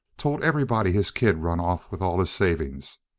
told everybody his kid run off with all his savings.